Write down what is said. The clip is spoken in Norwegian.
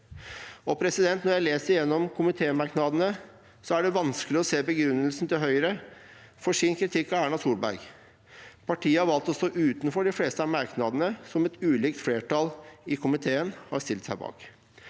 ikke aktsom nok. Når jeg leser gjennom komitémerknadene, er det vanskelig å se begrunnelsen til Høyre for deres kritikk av Erna Solberg. Partiet har valgt å stå utenfor de fleste av merknadene som et ulikt flertall i komiteen har stilt seg bak.